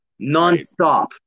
nonstop